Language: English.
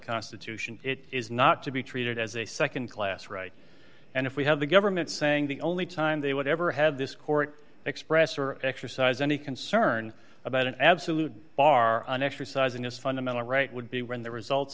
constitution it is not to be treated as a nd class right and if we have the government saying the only time they would ever have this court express or exercise any concern about an absolute bar on exercising is fundamental right would be when the results